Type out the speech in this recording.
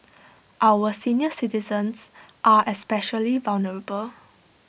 our senior citizens are especially vulnerable